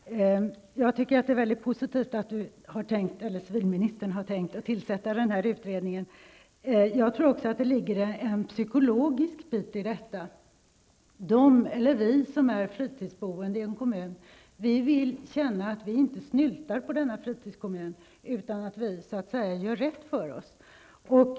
Fru talman! Jag tycker att det är mycket positivt att civilministern har tänkt tillsätta denna utredning. Jag tror också att det finns en psykologisk faktor i detta sammanhang. Vi som är fritidsboende i en kommun vill känna att vi inte snyltar på denna, utan att vi gör rätt för oss.